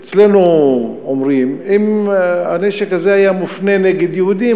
אצלנו אומרים: אם הנשק הזה היה מופנה נגד יהודים,